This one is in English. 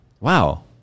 wow